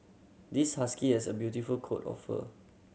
this husky has a beautiful coat of fur